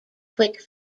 quick